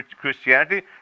Christianity